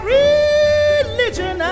religion